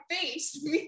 face